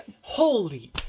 Holy